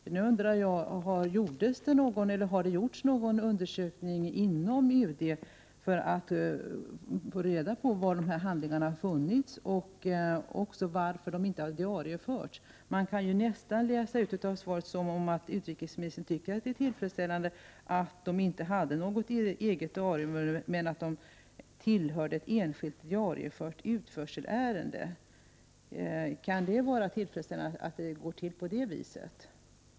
Jag undrar nu om det gjorts någon undersökning inom UD för att ta reda på var dessa handlingar funnits och varför de inte diarieförts. Man kan nästan läsa ut av svaret att utrikesministern tycker att det är tillfredsställande att de inte hade något eget diarienummer men att ”de tillhör ett enskilt diariefört utförselärende”. Kan det vara tillfredsställande att det går till på det viset?